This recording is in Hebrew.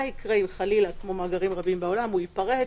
מה יקרה אם חלילה כמו מאגרים רבים בעולם הוא ייפרץ,